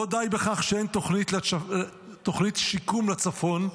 לא די בכך שאין תוכנית שיקום לצפון,